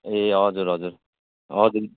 ए हजुर हजुर हजुर